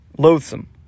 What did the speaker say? Loathsome